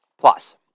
Plus